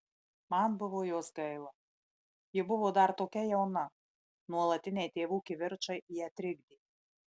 man buvo jos gaila ji buvo dar tokia jauna nuolatiniai tėvų kivirčai ją trikdė